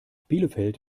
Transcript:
bielefeld